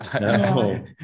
No